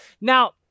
Now